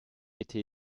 été